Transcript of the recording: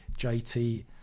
JT